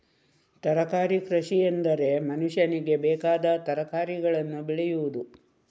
ತರಕಾರಿ ಕೃಷಿಎಂದರೆ ಮನುಷ್ಯನಿಗೆ ಬೇಕಾದ ತರಕಾರಿಗಳನ್ನು ಬೆಳೆಯುವುದು